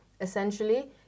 essentially